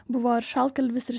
buvo ir šaltkalvis ir